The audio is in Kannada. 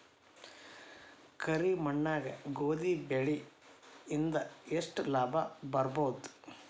ಕರಿ ಮಣ್ಣಾಗ ಗೋಧಿ ಬೆಳಿ ಇಂದ ಎಷ್ಟ ಲಾಭ ಆಗಬಹುದ?